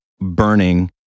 burning